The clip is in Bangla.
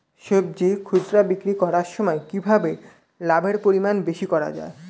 সবজি খুচরা বিক্রি করার সময় কিভাবে লাভের পরিমাণ বেশি করা যায়?